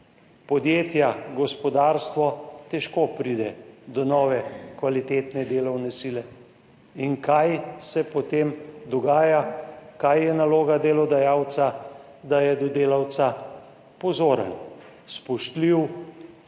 Podjetja, gospodarstvo težko pride do nove kvalitetne delovne sile. In kaj se dogaja potem? Kaj je naloga delodajalca? Da je do delavca pozoren, spoštljiv,